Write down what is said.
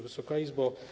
Wysoka Izbo!